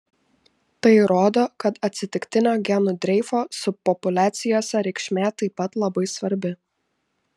tai rodo kad atsitiktinio genų dreifo subpopuliacijose reikšmė taip pat labai svarbi